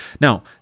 Now